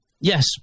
Yes